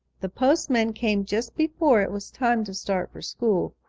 the postman came just before it was time to start for school.